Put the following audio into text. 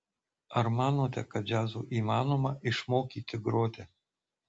ar manote kad džiazo įmanoma išmokyti groti